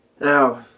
Now